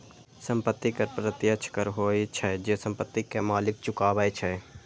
संपत्ति कर प्रत्यक्ष कर होइ छै, जे संपत्ति के मालिक चुकाबै छै